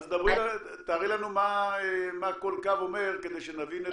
אז תארי לנו מה כל קו אומר כדי שנבין.